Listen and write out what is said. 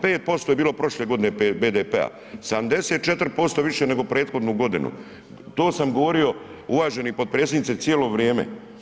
5% je bilo prošle godine BDP-a, 74% više nego prethodnu godinu, to sam govorio uvaženi potpredsjedniče cijelo vrijeme.